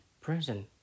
present